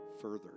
further